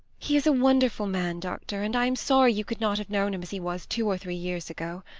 he is a wonderful man, doctor, and i am sorry you could not have known him as he was two or three years ago.